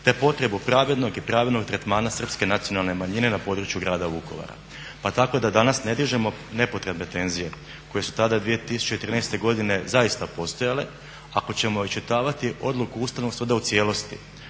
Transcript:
te potrebu pravednog i pravilnog tretmana srpske nacionalne manjine na području Grad Vukovara. Pa tako da danas ne dižemo nepotrebne tenzije koje su tada 2013.godine zaista postojale, ako ćemo iščitavati odluku Ustavnog suda u cijelosti